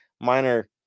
minor